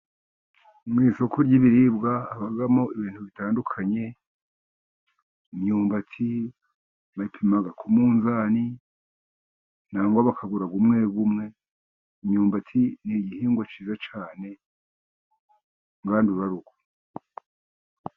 Mu isoko ry'ibiribwa habamo ibintu bitandukanye imyumbati bapima ku munzani, cyangwa bakagura umwe umwe. Imyumbati n'igihingwa cyiza cyane ngandurarugo.